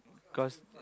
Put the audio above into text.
because